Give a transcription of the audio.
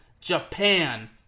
Japan